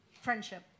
Friendship